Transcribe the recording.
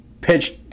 pitched